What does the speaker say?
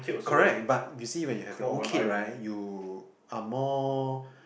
correct but you see when you have your own kid right you are more